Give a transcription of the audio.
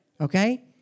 Okay